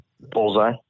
Bullseye